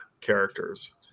characters